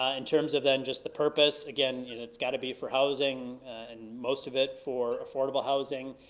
ah in terms of then just the purpose, again, you know it's gotta be for housing, and most of it for affordable housing.